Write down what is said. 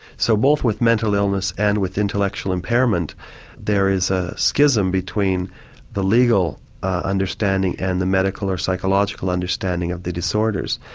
so both with mental illness and with intellectual impairment there is a schism between the legal ah understanding and the medical or psychological understanding of the disorders.